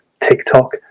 TikTok